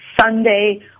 Sunday